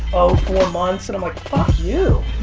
oh, four months, and i'm like, fuck you.